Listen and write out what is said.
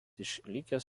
išlikęs